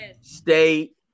state